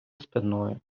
спиною